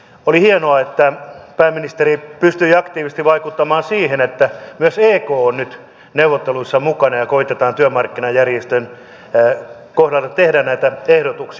oli hienoa että pääministeri pystyi aktiivisesti vaikuttamaan siihen että myös ek on nyt neuvotteluissa mukana ja koetetaan työmarkkinajärjestön kohdalta tehdä näitä ehdotuksia